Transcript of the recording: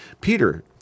Peter